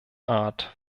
art